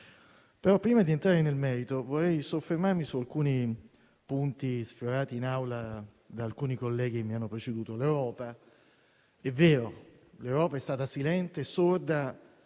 Prima di entrare nel merito, vorrei soffermarmi su alcuni punti sfiorati in Aula da alcuni colleghi che mi hanno preceduto. L'Europa è vero che è stata silente e sorda